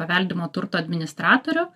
paveldimo turto administratorių